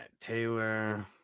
Taylor